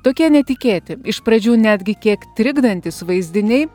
tokie netikėti iš pradžių netgi kiek trikdantys vaizdiniai